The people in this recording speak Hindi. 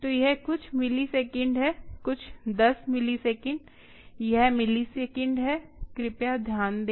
तो यह कुछ मिलीसेकंड है कुछ दस मिलीसेकंड यह मिलीसेकंड है कृपया ध्यान दें